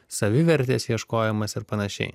savivertės ieškojimas ir panašiai